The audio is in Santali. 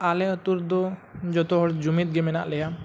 ᱟᱞᱮ ᱟᱹᱛᱩ ᱨᱮᱫᱚ ᱡᱚᱛᱚ ᱦᱚᱲ ᱡᱩᱢᱤᱫ ᱜᱮ ᱢᱮᱱᱟᱜ ᱞᱮᱭᱟ